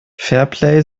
fairplay